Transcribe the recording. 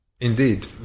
Indeed